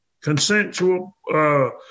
consensual